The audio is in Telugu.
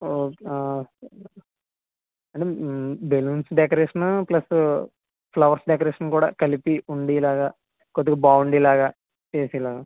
balloons decoration plus flowers decoration కూడా కలిపి ఉండే లాగా కొద్దిగా బాగుండేలాగా చెయ్యొచ్చు ఇలాగా